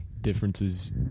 differences